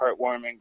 heartwarming